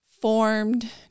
formed